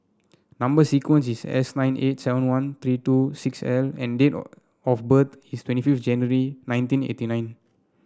number sequence is S nine eight seven one three two six L and date of birth is twenty fifth January nineteen eighty nine